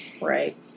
Right